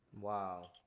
Wow